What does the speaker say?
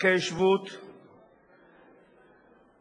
אוקיי, אנחנו לא מצביעים.